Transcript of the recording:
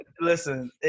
Listen